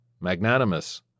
Magnanimous